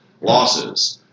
Losses